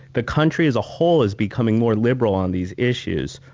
the country as a whole is becoming more liberal on these issues,